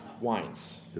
wines